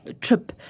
trip